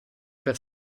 per